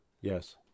Yes